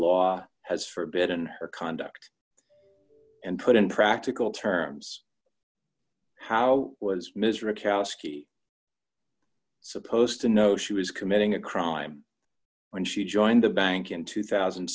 law has forbidden her conduct and put in practical terms how was mr macaskill supposed to know she was committing a crime when she joined a bank in two thousand